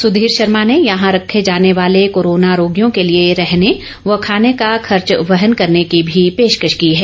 सुधीर शर्मा ने यहां रखे जाने वाले कोरोना रोगियों के लिए रहने व खाने का खर्च वहन करने की भी पेशकश की है